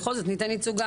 בכל זאת ניתן ייצוג,